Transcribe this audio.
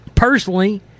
Personally